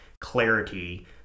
clarity